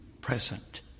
present